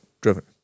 driven